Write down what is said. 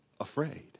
afraid